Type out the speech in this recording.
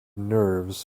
nerves